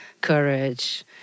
courage